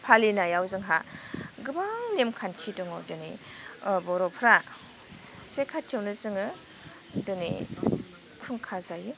फालिनायाव जोंहा गोबां नेमखान्थि दङ दिनै बर'फ्रा से खाथियावनो जोङो दिनै खुंखा जायो